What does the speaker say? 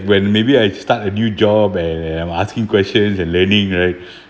when maybe I'd start a new job and when I'm asking questions and learning right